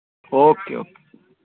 okay okay